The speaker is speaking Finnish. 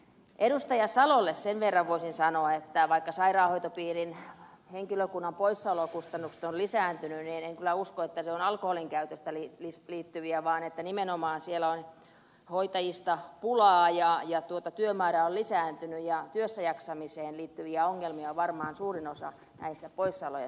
salolle sen verran voisin sanoa että vaikka sairaanhoitopiirin henkilökunnan poissaolokustannukset ovat lisääntyneet niin en kyllä usko että se on alkoholinkäyttöön liittyvää vaan nimenomaan siellä on hoitajista pulaa ja työmäärä on lisääntynyt ja työssäjaksamiseen liittyviä ongelmia on varmaan suurin osa näiden poissaolojen taustalla